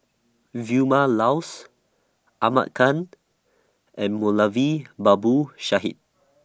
Vilma Laus Ahmad Khan and Moulavi Babu Sahib